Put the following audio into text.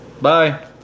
Bye